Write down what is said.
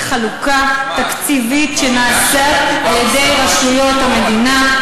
על-פי חלוקה תקציבית שנעשית על-ידי רשויות המדינה,